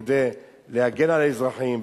כדי להגן על האזרחים,